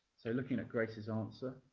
so looking at grace's answer,